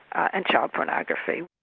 and child pornography.